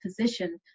position